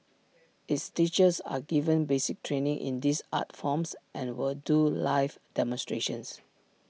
its teachers are given basic training in these art forms and will do live demonstrations